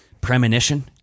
premonition